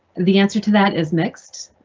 the answer to that is mixed.